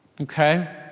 okay